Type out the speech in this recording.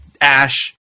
ash